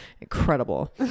Incredible